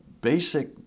basic